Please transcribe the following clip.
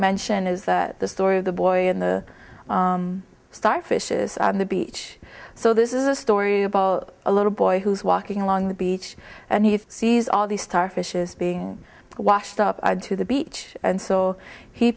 mention is that the story of the boy and the starfish is on the beach so this is a story about a little boy who's walking along the beach and he sees all these starfish is being washed up to the beach and so he